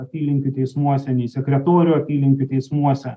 apylinkių teismuose nei sekretorių apylinkių teismuose